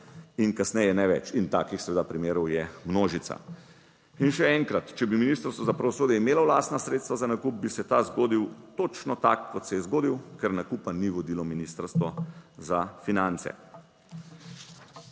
in kasneje ne več. In takih, seveda, primerov je množica. In še enkrat, če bi Ministrstvo za pravosodje imelo lastna sredstva za nakup, bi se ta zgodil točno tako kot se je zgodil, ker nakupa ni vodilo Ministrstvo za finance.